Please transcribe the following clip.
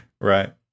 Right